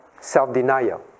self-denial